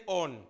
on